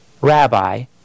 rabbi